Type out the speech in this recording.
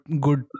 good